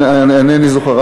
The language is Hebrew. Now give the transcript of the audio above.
אינני זוכר,